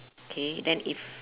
okay and it